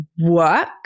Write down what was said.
work